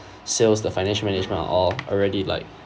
sales the finance management are all already like